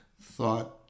thought